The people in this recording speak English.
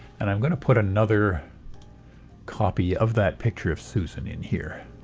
and i'm going to put another copy of that picture of susan in here.